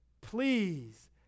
please